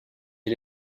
est